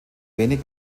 wenig